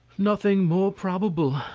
nothing more probable,